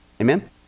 Amen